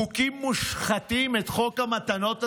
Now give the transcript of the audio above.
חוקים מושחתים, את חוק המתנות הזה?